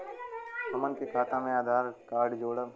हमन के खाता मे आधार कार्ड जोड़ब?